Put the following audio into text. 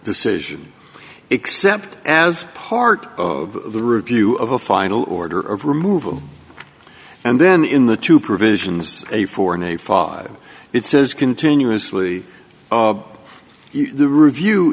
decision except as part of the review of a final order of removal and then in the two provisions a four in a five it says continuously of the review